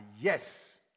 yes